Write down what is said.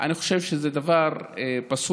אני חושב שזה דבר פסול.